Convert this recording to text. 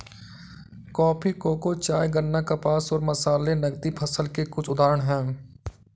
coffee, cocoa, चाय, गन्ना, कपास और मसाले नकदी फसल के कुछ उदाहरण हैं